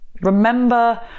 Remember